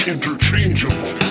Interchangeable